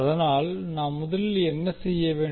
அதனால் நாம் முதலில் என்ன செய்ய வேண்டும்